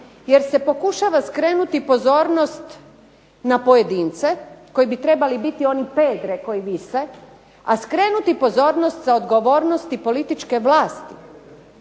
jer se pokušava skrenuti pozornost na pojedince koji bi trebali biti oni …/Govornica se ne razumije./… koji vise, a skrenuti pozornost za odgovornost i političke vlasti